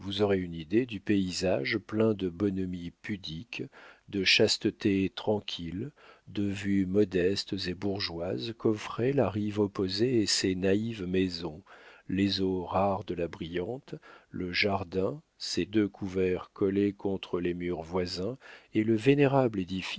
une idée du paysage plein de bonhomie pudique de chasteté tranquille de vues modestes et bourgeoises qu'offraient la rive opposée et ses naïves maisons les eaux rares de la brillante le jardin ses deux couverts collés contre les murs voisins et le vénérable